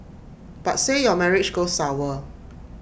but say your marriage goes sour